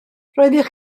roeddech